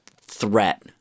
threat